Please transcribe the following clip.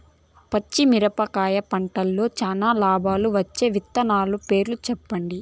పచ్చిమిరపకాయ పంటలో చానా లాభం వచ్చే విత్తనం పేరు చెప్పండి?